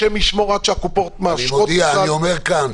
השם ישמור עד שהקופות מאשרות --- אני מודיע ואומר כאן,